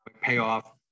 payoff